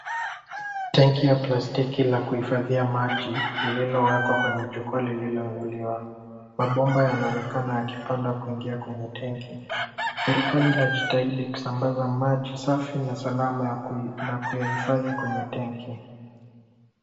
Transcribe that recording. Tanki ya plastiki la kihifadhia maji lililowekwa kwenye jukwaa lililoinuliwa. Mabomba yanaonekana yakipanda kuingia kwenye tenki . Serekali inajitahidi kusambaza maji na salama na kuyahifadhi kwenye [cs[tenki .